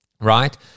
Right